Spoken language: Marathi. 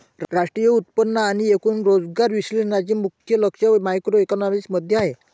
राष्ट्रीय उत्पन्न आणि एकूण रोजगार विश्लेषणाचे मुख्य लक्ष मॅक्रोइकॉनॉमिक्स मध्ये आहे